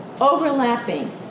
overlapping